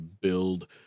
build